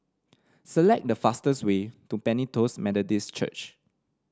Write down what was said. select the fastest way to Pentecost Methodist Church